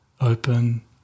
open